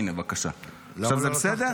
הינה, בבקשה, עכשיו זה בסדר?